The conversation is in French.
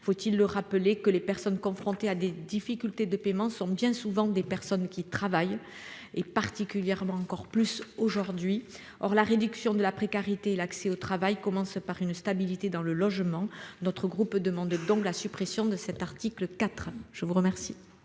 Faut-il le rappeler, que les personnes confrontées à des difficultés de paiement sont bien souvent des personnes qui travaillent et particulièrement encore plus aujourd'hui. Or la réduction de la précarité, l'accès au travail commence par une stabilité dans le logement. Notre groupe demande donc la suppression de cet article IV. Je vous remercie,